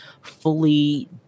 fully